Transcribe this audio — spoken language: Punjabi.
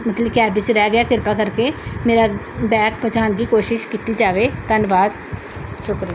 ਮਤਲਬ ਕੈਬ ਵਿੱਚ ਰਹਿ ਗਿਆ ਕਿਰਪਾ ਕਰਕੇ ਮੇ ਰਾ ਬੈਗ ਪਹੁੰਚਾਉਣ ਦੀ ਕੋਸ਼ਿਸ਼ ਕੀਤੀ ਜਾਵੇ ਧੰਨਵਾਦ ਸ਼ੁਕਰੀਆ